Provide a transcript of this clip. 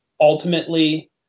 ultimately